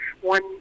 One